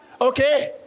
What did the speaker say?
Okay